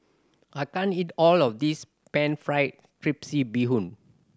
I can't eat all of this pan fried bee hoon